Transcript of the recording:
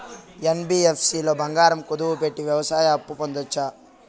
NBFC లో బంగారం కుదువు పెట్టి వ్యవసాయ అప్పు పొందొచ్చా?